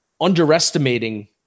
underestimating